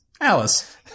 Alice